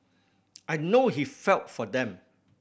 I know he felt for them